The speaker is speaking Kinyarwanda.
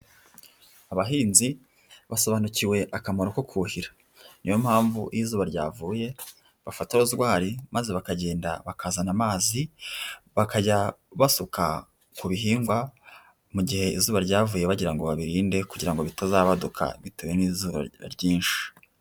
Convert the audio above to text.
Abahinzi basobanukiwe akamaro ko kuhira. Ni yo mpamvu iyo izuba ryavuye bafata rozwari maze bakagenda bakazana amazi bakajya basuka ku bihingwa, mu gihe izuba ryavuye bagira ngo babirinde kugira ngo bitazabaduka bitewe n'izuba ryinshi.